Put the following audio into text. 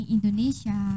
Indonesia